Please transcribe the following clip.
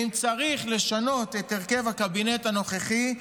אם צריך לשנות את הרכב הקבינט הנוכחי,